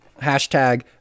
hashtag